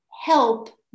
help